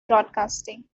broadcasting